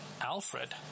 Alfred